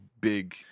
big